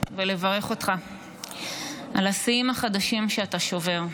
ולברך אותך על השיאים החדשים שאתה שובר.